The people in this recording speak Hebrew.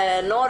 ניר